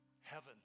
heaven